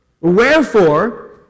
wherefore